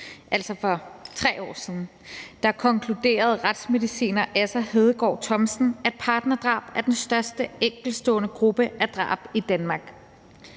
altså for 3 år siden, konkluderede retsmediciner Asser Hedegård Thomsen, at partnerdrab er den største enkeltstående gruppe af drab i Danmark.